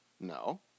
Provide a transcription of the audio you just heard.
No